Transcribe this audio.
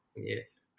Yes